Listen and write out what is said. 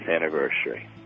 anniversary